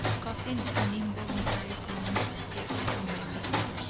causing an involuntary groan to escape from my lips.